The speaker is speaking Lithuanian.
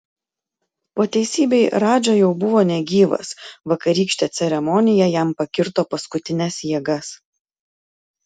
po teisybei radža jau buvo negyvas vakarykštė ceremonija jam pakirto paskutines jėgas